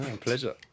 Pleasure